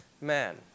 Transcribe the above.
man